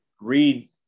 read